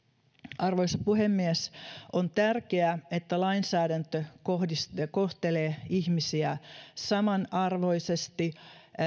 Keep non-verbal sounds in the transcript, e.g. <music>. <unintelligible> arvoisa puhemies <unintelligible> <unintelligible> on tärkeää että lainsäädäntö <unintelligible> kohtelee ihmisiä samanarvoisesti <unintelligible>